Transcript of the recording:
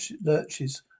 lurches